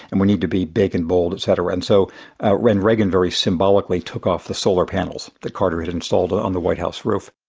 and we need to be big and bold, etc. and so then reagan very symbolically took off the solar panels that carter had installed on the white house roof.